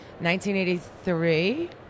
1983